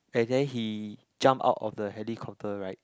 and then he jump out of the helicopter right